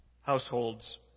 households